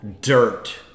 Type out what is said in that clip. dirt